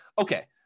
okay